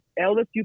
LSU